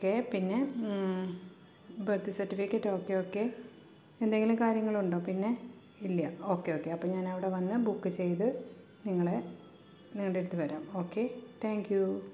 okay പിന്നെ birth certificate okay okay എന്തെങ്കിലും കാര്യങ്ങളുണ്ടോ പിന്നെ ഇല്ലാ ഓക്കെ ഓക്കെ അപ്പോള് ഞാനവിടെ വന്ന് ബുക്ക് ചെയ്ത് നിങ്ങളെ നിങ്ങളുടെയടുത്തു വരാം ഓക്കെ താങ്ക് യു